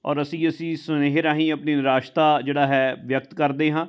ਔਰ ਅਸੀਂ ਅਸੀਂ ਇਸ ਸੁਨੇਹੇ ਰਾਹੀਂ ਆਪਣੀ ਨਿਰਾਸ਼ਤਾ ਜਿਹੜਾ ਹੈ ਵਿਅਕਤ ਕਰਦੇ ਹਾਂ